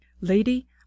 Lady